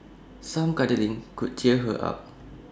some cuddling could cheer her up